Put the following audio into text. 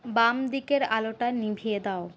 বাম দিকের আলোটা নিভিয়ে দাও